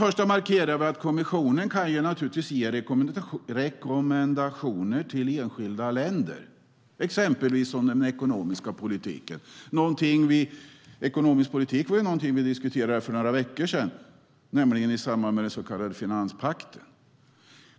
Vi markerar att kommissionen naturligtvis kan ge rekommendationer till enskilda länder exempelvis om den ekonomiska politiken. Ekonomisk politik är någonting vi diskuterade för några veckor sedan i samband med den så kallade finanspakten.